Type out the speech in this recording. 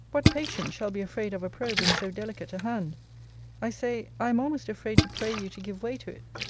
what patient shall be afraid of a probe in so delicate a hand i say, i am almost afraid to pray you to give way to it,